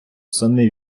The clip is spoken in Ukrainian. сини